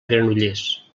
granollers